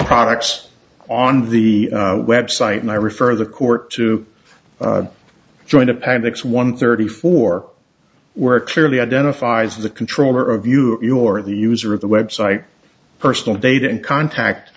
products on the website and i refer the court to joint appendix one thirty four where clearly identifies the controller of you or the user of the website personal data and contact